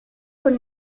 con